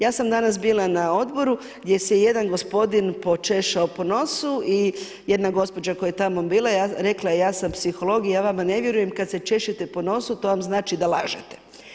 Ja sam danas bila na odboru gdje se jedan gospodin počešao po nosu i jedna gospođa koja je tamo bila, rekla je ja sam psiholog i ja vama ne vjerujem kad se češete po nosu, to vam znači da lažete.